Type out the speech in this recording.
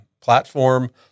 platform